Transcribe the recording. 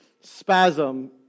spasm